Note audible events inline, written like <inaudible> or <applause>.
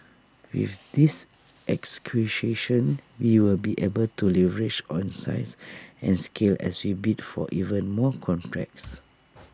with this <unintelligible> we will be able to leverage on size and scale as we bid for even more contracts